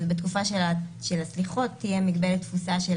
אבל בתקופה של הסליחות תהיה מגבלת תפוסה של